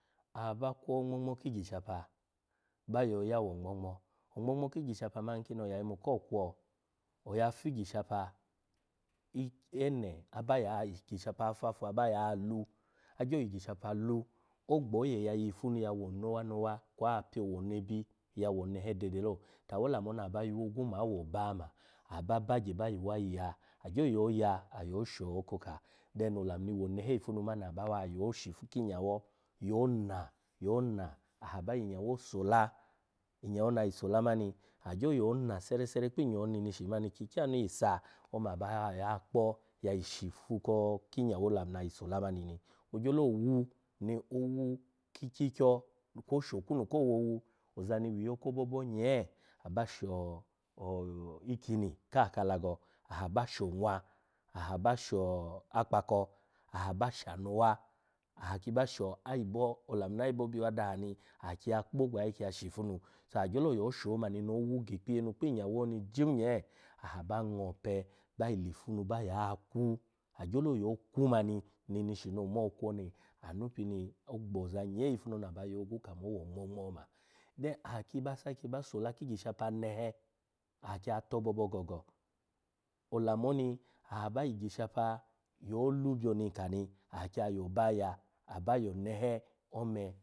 Aba kwo ongmo-ngmo, ongamo-ngmo ki igyishapa mani nkim oya yimu ko kwo, oya fi igyishapa iene, igyishapa afafu, aba ya lu, agyo yi igyishapa lu, ogbo oye ya yifu nu ya wo nowa nowa kwa pyo onebi, ya wo onehe dede lo, to awo lamu oni aba yogwu ma awoba ma, aba bagye ba yuwa yi ya, agyo yoya ayo sho okoka, den olamu ni wo onehe ifu nu mani aba yo shifu kinyawo yona, yona aha ba yi inyawo sola, inyo na ayi sola mani, agyo yona sere, sere kpi inyo neneshi mani ki kyanu yi sa ome aba ya kpo shifu kok inyawo na ayi sola mani ni, ogyola wu, ni owu ki ikyikyo, osho okwunu ko wowu, oza ni wiyo ko bobo nyee, aba sho ikiyini ka ka alago, aha ba sho onwa, aha ba sha akpako, aha ba sha anowa, aha ki ba sha ayibo olamu na ayibo bi wa daha ni aha ki ya kpo gbayi ki ya shifu nu ta agyolo kpo sho mani no wu gi ikpiye jim nyee, aha ngo ope ba yi lifu nu ba ya kwu, agyolo yo kwu mani neneshi no omo okwu oni anu pini ogboza nyee yifu nu ni aba yogwu no ongmo-ngmo oma. Then aha ki ba sola ki igyishapa nehe, aha ki ya tobobo gogo, olamu oni aha yi igyishapa lu buyoni nka ni, aha ba yo oba ya, abo yo onehe ome.